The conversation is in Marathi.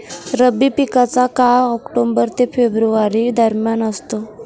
रब्बी पिकांचा काळ ऑक्टोबर ते फेब्रुवारी दरम्यान असतो